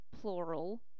plural